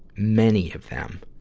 many of them.